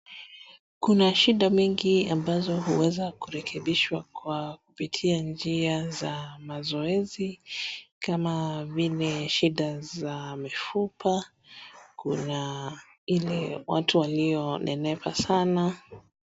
Kuna shida mingi ambazo huweza kurekebishwa kwa kupitia njia za mazoezi kama vile shida za mifupa, kuna watu walionenepa sana.